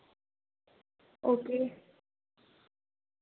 okay